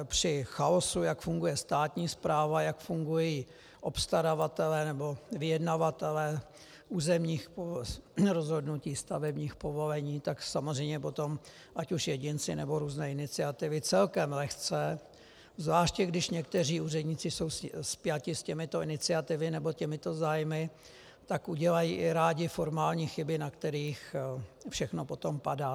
Při chaosu, jak funguje státní správa, jak fungují obstaravatelé nebo vyjednavatelé územních rozhodnutí, stavebních povolení, tak samozřejmě potom ať už jedinci, nebo různé iniciativy celkem lehce, zvláště když někteří úřednici jsou spjati s těmito iniciativami nebo těmito zájmy, tak udělají i rádi formální chyby, na kterých všechno potom padá.